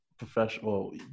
professional